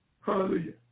hallelujah